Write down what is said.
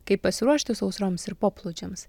kaip pasiruošti sausroms ir poplūdžiams